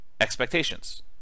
expectations